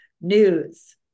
news